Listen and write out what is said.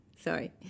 sorry